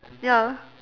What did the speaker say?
ya